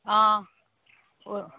অঁ